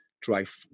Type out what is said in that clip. drive